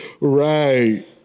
right